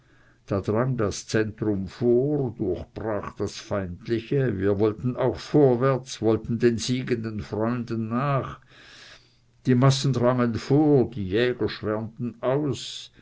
da drang das centrum vor durchbrach das feindliche wir wollten auch vorwärts wollten den siegenden freunden nach die massen drangen vor die jäger schwärmten aus